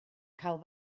cael